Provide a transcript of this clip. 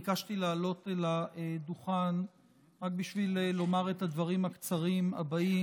ביקשתי לעלות לדוכן רק בשביל לומר את הדברים הקצרים הבאים.